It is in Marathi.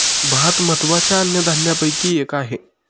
भात महत्त्वाच्या अन्नधान्यापैकी एक आहे